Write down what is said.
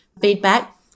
feedback